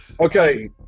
Okay